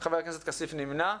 חבר הכנסת כסיף נמנע.